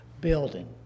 building